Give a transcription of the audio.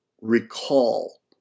recall